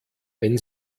wenn